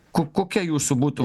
ko kokia jūsų būtų